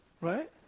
Right